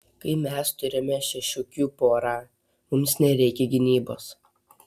kai mes turime šešiukių porą mums nereikia gynybos